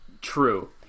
true